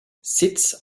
sits